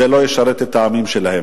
זה לא ישרת את העמים שלהם.